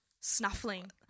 snuffling